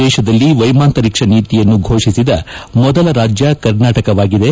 ದೇಶದಲ್ಲಿ ವೈಮಾಂತರಿಕ್ವ ನೀತಿಯನ್ನು ಫೋಷಿಸಿದ ಮೊದಲ ರಾಜ್ಯ ಕರ್ನಾಟಕವಾಗಿದೆ